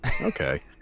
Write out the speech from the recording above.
okay